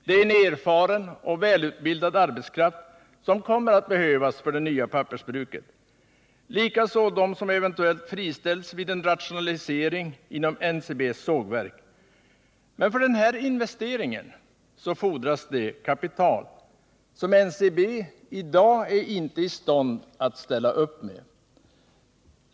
De utgör en erfaren och välutbildad arbetskraft som kommer att behövas för det nya pappersbruket liksom de som eventuellt friställs vid en rationalisering inom NCB:s sågverk. Men för denna investering erfordras kapital, som NCB i dag inte är i stånd att ställa upp med.